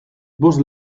bost